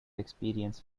experience